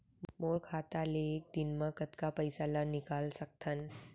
मोर खाता ले एक दिन म कतका पइसा ल निकल सकथन?